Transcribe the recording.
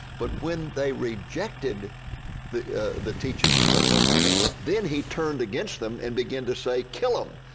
but when they rejected the the teachings of mohammad then he turned against them and began to say, kill them.